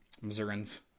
Missourians